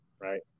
right